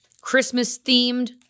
Christmas-themed